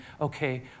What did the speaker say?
okay